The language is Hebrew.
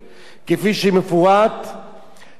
תושבי חבלים בארץ-ישראל המערבית